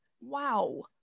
wow